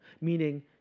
meaning